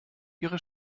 ihre